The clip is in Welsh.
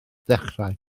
ddechrau